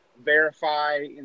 verify